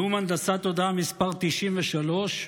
נאום הנדסת תודעה מס' 93,